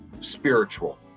spiritual